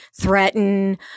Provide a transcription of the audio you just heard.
threaten